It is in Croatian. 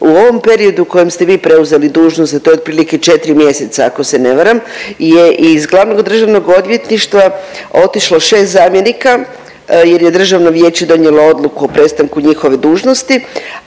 U ovom periodu u kojem ste vi preuzeli dužnost, a to je otprilike 4 mjeseca ako se ne varam je iz glavnog državnog odvjetništva otišlo 6 zamjenika jer je državno vijeće donijelo odluku o prestanku njihove dužnosti,